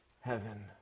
heaven